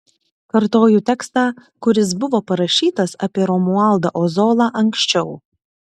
kartoju tekstą kuris buvo parašytas apie romualdą ozolą anksčiau